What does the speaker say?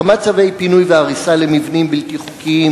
1. כמה צווי פינוי והריסה למבנים בלתי חוקיים